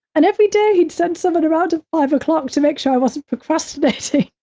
and every day he'd send someone around at five o'clock to make sure i wasn't procrastinating.